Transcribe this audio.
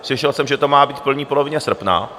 Slyšel jsem, že to má být v první polovině srpna.